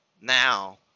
now